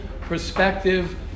perspective